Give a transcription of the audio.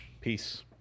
Peace